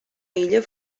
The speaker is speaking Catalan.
illa